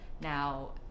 now